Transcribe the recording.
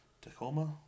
tacoma